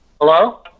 Hello